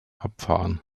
abfahren